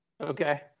Okay